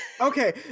okay